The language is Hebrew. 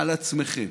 על עצמכם.